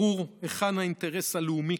ברור היכן האינטרס הלאומי,